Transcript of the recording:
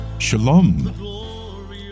Shalom